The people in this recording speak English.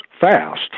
fast